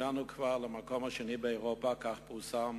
הגענו כבר למקום השני באירופה, כך פורסם